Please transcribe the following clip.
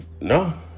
No